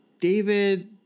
David